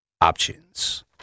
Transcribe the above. options